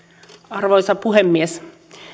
arvoisa puhemies